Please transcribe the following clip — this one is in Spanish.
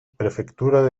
prefectura